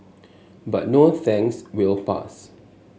but no thanks we'll pass